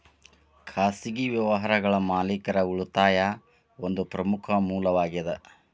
ಖಾಸಗಿ ವ್ಯವಹಾರಗಳ ಮಾಲೇಕರ ಉಳಿತಾಯಾ ಒಂದ ಪ್ರಮುಖ ಮೂಲವಾಗೇದ